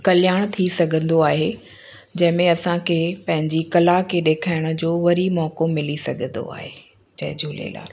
कल्याण थी सघंदो आहे जंहिंमें असांखे पंहिंजी कला खे ॾेखारण जो वरी मौक़ो मिली सघंदो आहे जय झूलेलाल